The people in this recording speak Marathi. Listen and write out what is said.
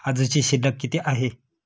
आजची शिल्लक किती आहे?